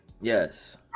Yes